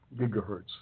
gigahertz